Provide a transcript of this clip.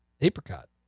Apricot